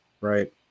Right